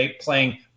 playing